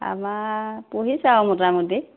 আমাৰ পঢ়িছে আৰু মোটামুটি